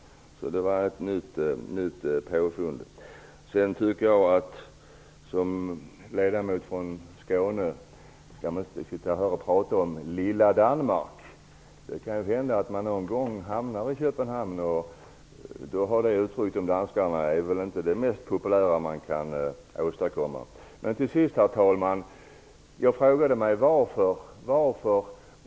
Det som Kerstin Warnerbring säger om det är ett nytt påfund. Som ledamot från Skåne skall man inte stå här och prata om "lilla Danmark". Det kan ju hända att man någon gång hamnar i Köpenhamn, och då är det uttrycket kanske inte det mest populära man kan åstadkomma. Herr talman!